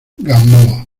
gamboa